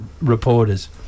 reporters